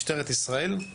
משטרת ישראל,